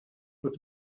with